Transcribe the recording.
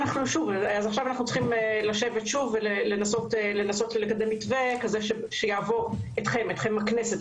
אנחנו צריכים לשבת שוב עכשיו ולנסות ולקדם מתווה שיעבור את הכנסת,